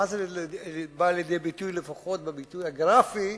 זה בא לידי ביטוי לפחות בביטוי הגרפי,